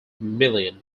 million